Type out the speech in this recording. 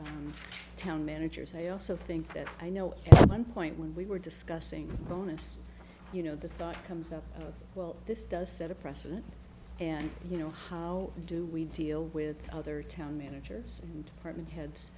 town managers i also think that i know one point when we were discussing bonus you know the thought comes up well this does set a precedent and you know how do we deal with other town managers and apartment heads